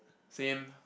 same